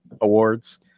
awards